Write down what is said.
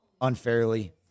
unfairly